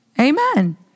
Amen